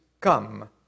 come